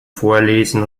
vorlesen